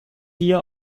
dir